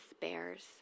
bears